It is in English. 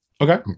Okay